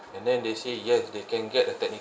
and then they say yes they can get a technical